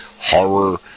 horror